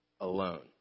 alone